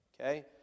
okay